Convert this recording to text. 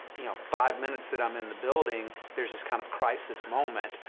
you know, five minutes that i'm in the building, there's this kind of crisis moment,